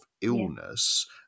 illness